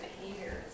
behaviors